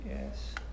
Yes